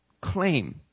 claim